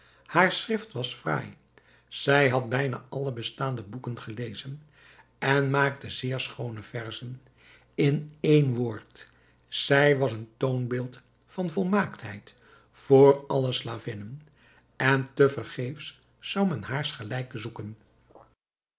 haar schrift was fraai zij had bijna alle bestaande boeken gelezen en maakte zeer schoone verzen in een woord zij was een toonbeeld van volmaaktheid voor alle slavinnen en te vergeefs zou men haars gelijken zoeken